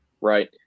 right